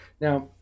Now